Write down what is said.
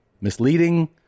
misleading